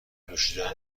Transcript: نوشیدن